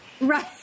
Right